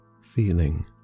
feeling